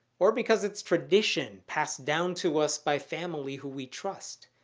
or because it's tradition, passed down to us by family who we trust.